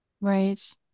Right